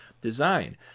design